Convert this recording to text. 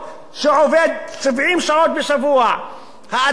שעובד 70 שעות בשבוע; האדם,